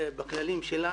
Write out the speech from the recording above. בכללים שלה